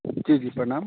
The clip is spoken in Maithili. जी जी प्रणाम